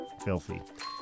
filthy